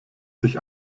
sich